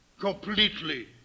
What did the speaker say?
completely